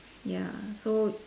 ya so